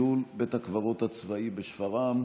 בנושא: חילול בית הקברות הצבאי בשפרעם.